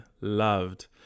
loved